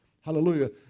hallelujah